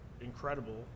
incredible